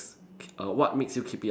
err what makes you keep it up